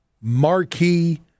marquee